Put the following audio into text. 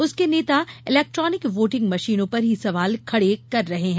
उसके नेता electronic voting मशीनों पर ही सवाल खड़े कर रहे हैं